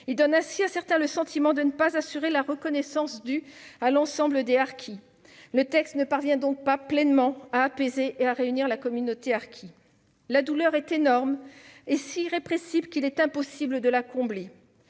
reconnaissance ainsi proclamée n'est pas la reconnaissance due à l'ensemble des harkis. Le texte ne parvient donc pas pleinement à apaiser et à réunir la communauté harkie. « La douleur est énorme et si irrépressible qu'il est impossible de la combler